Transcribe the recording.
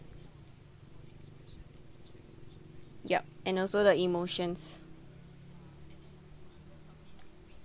yup and also the emotions